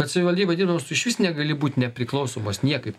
bet savivaldybėj dirbdamas tu išvis negali būti nepriklausomas niekaip